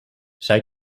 zij